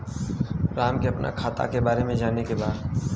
राम के अपने खाता के बारे मे जाने के बा?